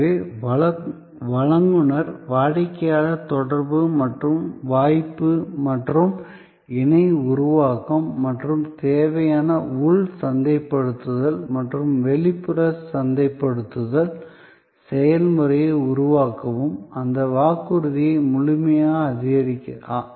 எனவே வழங்குநர் வாடிக்கையாளர் தொடர்பு மற்றும் வாய்ப்பு மற்றும் இணை உருவாக்கம் மற்றும் தேவையான உள் சந்தைப்படுத்தல் மற்றும் வெளிப்புற சந்தைப்படுத்தல் செயல்முறையை உருவாக்கவும் அந்த வாக்குறுதியை முழுமையாக ஆதரிக்கிறது